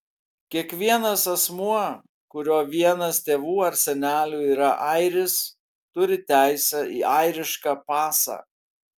kiekvienas asmuo kurio vienas tėvų ar senelių yra airis turi teisę į airišką pasą